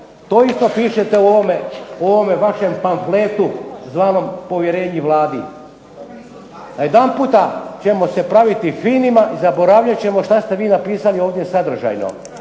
To isto pišete u ovome vašem pamfletu zvanom povjerenje Vladi. Najedanput ćemo se praviti finima i zaboravljat ćemo što ste vi napisali ovdje sadržajno.